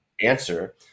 answer